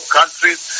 countries